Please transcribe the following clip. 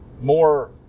more